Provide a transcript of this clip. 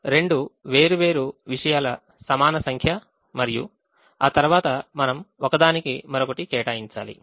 కానీ రెండు వేర్వేరు విషయాల సమాన సంఖ్య మరియు ఆ తర్వాత మనం ఒకదానికి మరొకటి కేటాయించాలి